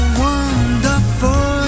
wonderful